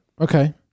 Okay